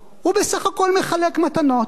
הוא בסך הכול מחלק מתנות.